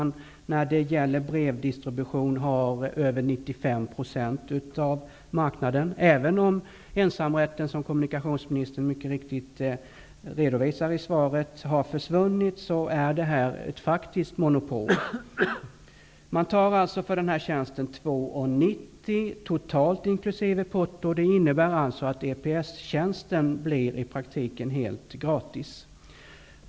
När det gäller brevdistribution har Posten över 95 % av marknaden. Även om ensamrätten, som kommunikationsministern mycket riktigt redovisar i svaret, har försvunnit är detta ett faktiskt monopol. Det innebär att EPS-tjänsten i praktiken blir helt gratis.